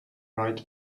right